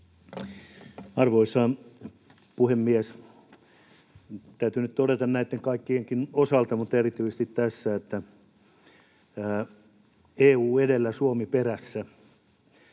Arvoisa puhemies! Täytyy nyt todeta näiden kaikkienkin osalta, mutta erityisesti tässä, että EU edellä, Suomi perässä.